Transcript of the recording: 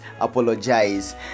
apologize